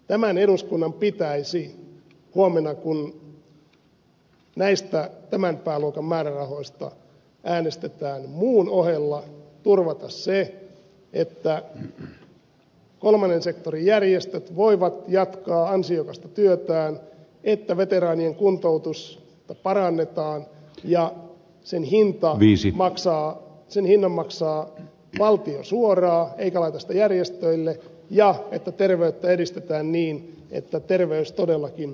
tämän eduskunnan pitäisi huomenna kun näistä tämän pääluokan määrärahoista äänestetään muun ohella turvata se että kolmannen sektorin järjestöt voivat jatkaa ansiokasta työtään että veteraanien kuntoutusta parannetaan ja sen hinnan maksaa valtio suoraan eikä laita sitä järjestöille ja että terveyttä edistetään niin että terveys todellakin edistyy